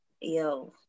Yo